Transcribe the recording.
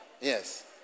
yes